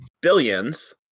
Billions